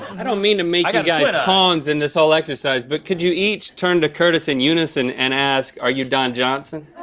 i don't mean to make you guys pawns in this whole exercise but could you each turn to curtis in unison and ask are you don johnson.